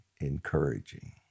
encouraging